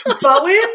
Bowen